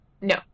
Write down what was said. no